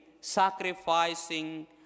sacrificing